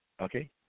Okay